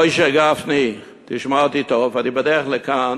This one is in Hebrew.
מוישה גפני, תשמע אותי טוב, אני בדרך לכאן,